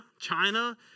China